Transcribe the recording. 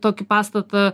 tokį pastatą